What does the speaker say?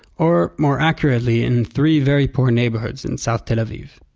or, more accurately, in three, very poor, neighborhoods in south tel aviv.